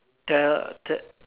tell